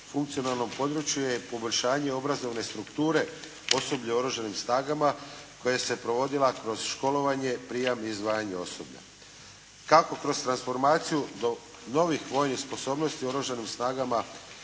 funkcionalnom području je poboljšanje obrazovne strukture osoblja u Oružanim snagama koja se provodila kroz školovanje, prijam i izdvajanje osoblja. Kako kroz transformaciju do novih vojnih sposobnosti u Oružanim snagama